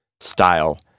style